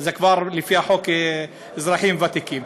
ולפי החוק זה כבר אזרחים ותיקים,